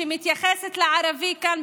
שמתייחסת לערבי כאן,